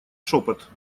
шепот